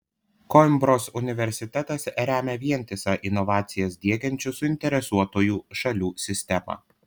koimbros universitetas remia vientisą inovacijas diegiančių suinteresuotųjų šalių sistemą